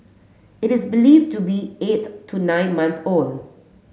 it is believe to be eight to nine months old